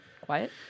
quiet